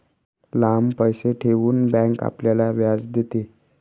लांब पैसे ठेवून बँक आपल्याला व्याज देते